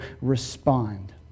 respond